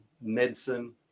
medicine